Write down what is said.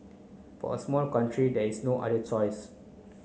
for a small country there is no other choice